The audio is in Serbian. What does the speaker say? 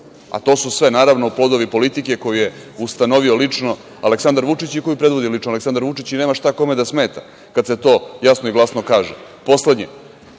To su sve, naravno, plodovi politike koju je ustanovio lično Aleksandar Vučić i koju predvodi lično Aleksandar Vučić i nema šta kome da smeta kada se to jasno i glasno